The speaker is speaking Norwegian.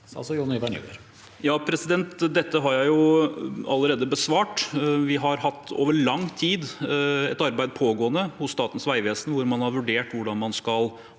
Dette har jeg allerede besvart. Vi har over lang tid hatt et arbeid pågående hos Statens vegvesen, hvor man har vurdert hvordan man skal